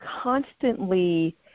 constantly